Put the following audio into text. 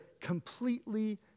completely